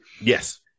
Yes